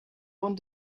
own